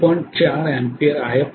4 ampere If असल्यास